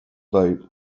date